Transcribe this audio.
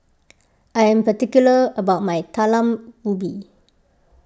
I am particular about my Talam Ubi